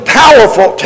powerful